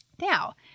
Now